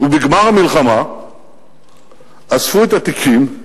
ובגמר המלחמה אספו את התיקים,